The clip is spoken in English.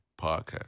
Podcast